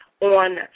on